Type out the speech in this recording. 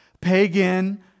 pagan